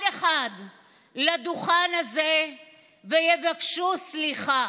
קרב, ועל הקו נמצאת מלווה ספציפית של גיבור